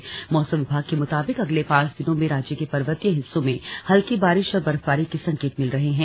देहरादून मौसम विज्ञान केंद्र के मुताबिक अगले पांच दिनों में राज्य के पर्वतीय हिस्सों में हल्की बारिश और बर्फबारी के संकेत मिल रहे हैं